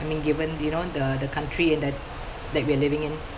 I mean given you know the the country that like we're living in